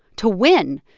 to win,